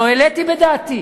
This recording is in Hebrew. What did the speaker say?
לא העליתי בדעתי